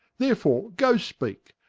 therefore goe speake,